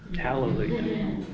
Hallelujah